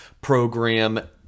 program